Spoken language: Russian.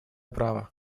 право